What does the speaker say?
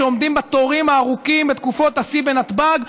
שעומדים בתורים הארוכים בתקופות השיא בנתב"ג,